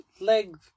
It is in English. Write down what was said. leg